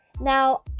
Now